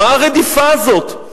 מה הרדיפה הזאת.